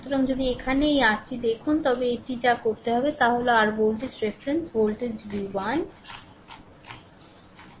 সুতরাং যদি এখানে এই আরটি দেখুন তবে এটি যা করতে হবে তা হল r voltage reference voltage V 1